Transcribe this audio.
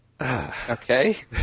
okay